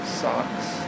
socks